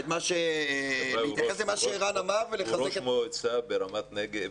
הוא ראש מועצה ברמת נגב,